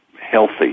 healthy